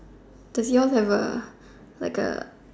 there just have a like A